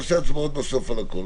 נעשה הצבעות בסוף על הכול.